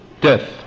death